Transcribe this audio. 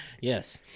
yes